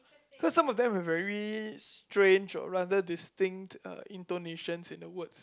cause some of them are very strange or rather distinct uh intonations in the words